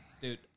dude